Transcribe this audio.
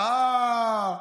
אה.